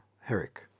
Herrick